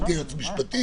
גברתי היועצת המשפטית,